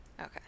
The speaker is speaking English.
Okay